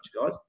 guys